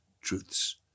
truths